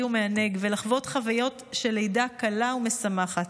ומענג ולחוות חוויות של לידה קלה ומשמחת.